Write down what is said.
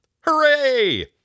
Hooray